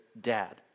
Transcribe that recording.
dad